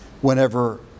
whenever